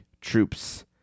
troops